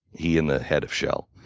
he and the head of shell.